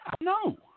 No